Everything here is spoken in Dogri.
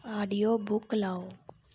ऑडियो बुक़ लाओ